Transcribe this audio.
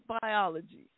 biology